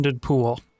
pool